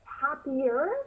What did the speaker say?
happier